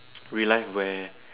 real life where